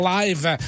Live